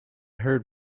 heard